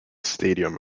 stadium